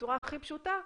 בצורה הכי פשוטה,